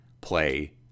play